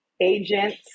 agents